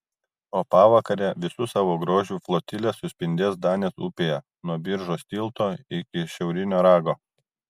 o pavakare visu savo grožiu flotilė suspindės danės upėje nuo biržos tilto iki šiaurinio rago